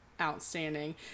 Outstanding